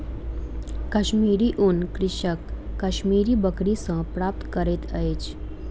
कश्मीरी ऊन कृषक कश्मीरी बकरी सॅ प्राप्त करैत अछि